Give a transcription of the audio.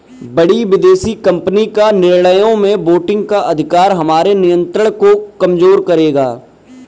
बड़ी विदेशी कंपनी का निर्णयों में वोटिंग का अधिकार हमारे नियंत्रण को कमजोर करेगा